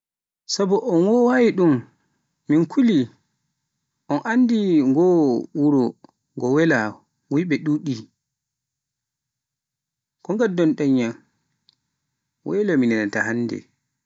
sabu a woowaani ɗum, min kulii, on anndi ngoo wuro ngo wela wuyɓe ɗuɗi, ko ngaddan ɗan yam, welo mi nanaata hannde.